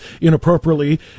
inappropriately